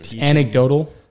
anecdotal